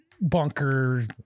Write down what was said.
bunker